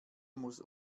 muss